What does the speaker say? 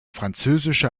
französische